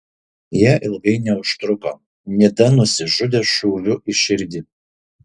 jie ilgai neužtruko nida nusižudė šūviu į širdį